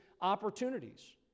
opportunities